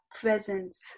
presence